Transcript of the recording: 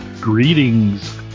Greetings